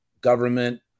government